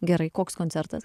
gerai koks koncertas